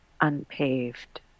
unpaved